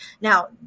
Now